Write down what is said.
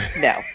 no